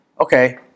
Okay